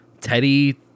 Teddy